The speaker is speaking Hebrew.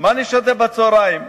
מה אני שותה בצהריים?